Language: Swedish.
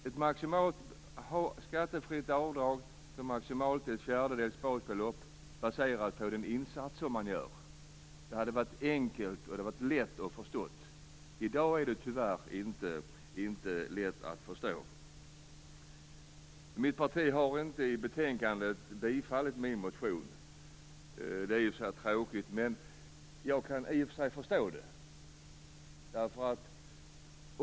Ett skattefritt avdrag på maximalt ett fjärdedels basbelopp, baserat på den insats man gör - det hade varit enkelt och lätt att förstå. I dag är det tyvärr inte lätt att förstå. Mitt parti har i betänkandet inte bifallit min motion. Det är i och för sig tråkigt, men jag kan förstå det.